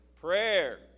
Prayer